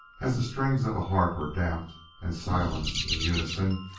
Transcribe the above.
as the strings of a harp are damped and silenced in unison,